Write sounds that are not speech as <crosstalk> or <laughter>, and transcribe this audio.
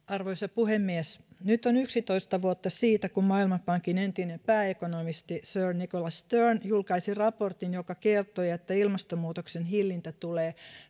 <unintelligible> arvoisa puhemies nyt on yksitoista vuotta siitä kun maailmanpankin entinen pääekonomisti sir nicholas stern julkaisi raportin joka kertoi että ilmastonmuutoksen hillintä tulee